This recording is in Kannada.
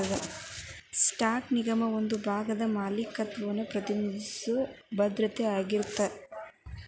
ಸ್ಟಾಕ್ ನಿಗಮದ ಒಂದ ಭಾಗದ ಮಾಲೇಕತ್ವನ ಪ್ರತಿನಿಧಿಸೊ ಭದ್ರತೆ ಆಗಿರತ್ತ